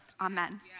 Amen